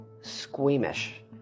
squeamish